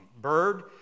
bird